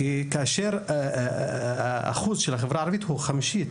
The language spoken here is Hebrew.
כאשר האחוז של החברה הערבית הוא חמישית